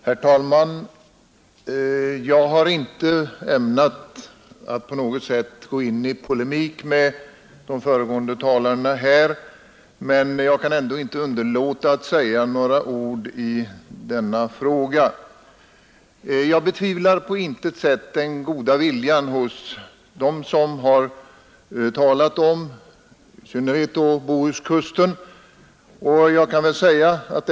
Herr talman! Jag ämnar inte på något sätt gå in i polemik med de föregående talarna. Men jag kan inte underlåta att säga några ord i denna fråga. Jag betvivlar på intet sätt den goda viljan hos dem som har talat om i synnerhet Bohuskusten.